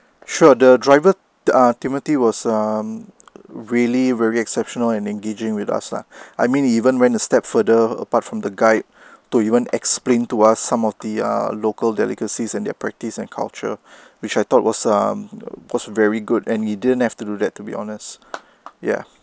sure the driver um timothy was um really very exceptional and engaging with us lah I mean even went a step further apart from the guide to even explain to us some of the ah local delicacies and their practice and culture which I thought was um was very good and you didn't have to do that to be honest yeah